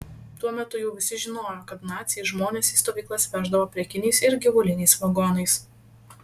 tuo metu jau visi žinojo kad naciai žmones į stovyklas veždavo prekiniais ir gyvuliniais vagonais